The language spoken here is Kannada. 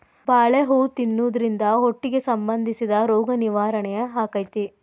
ಬಾಳೆ ಹೂ ತಿನ್ನುದ್ರಿಂದ ಹೊಟ್ಟಿಗೆ ಸಂಬಂಧಿಸಿದ ರೋಗ ನಿವಾರಣೆ ಅಕೈತಿ